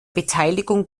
beteiligung